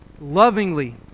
lovingly